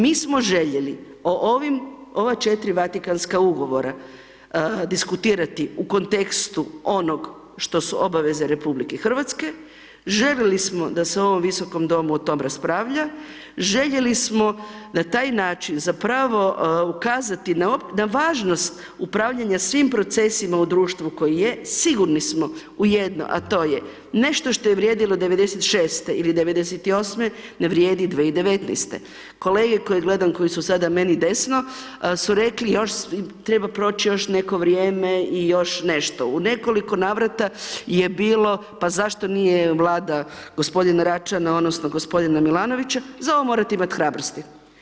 Mi smo željeli o ovim, ova četiri Vatikanska ugovora, diskutirati u kontekstu onog što su obaveze Republike Hrvatske, željeli smo da se u ovom Visokom domu o tome raspravlja, željeli smo da taj način zapravo ukazati na važnost upravljanja svim procesima u društvu koji je, sigurni smo u jedno, a to je, nešto što je vrijedilo '96. ili '98., ne vrijedi 2019., kolege koje gledam koji su sada meni desno, su rekli još treba proći još neko vrijeme i još nešto, u nekoliko navrata je bilo pa zašto nije Vlada gospodina Račana odnosno gospodina Milanovića, za ovo morate imati hrabrosti.